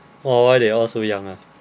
oh why they all so young [one]